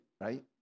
right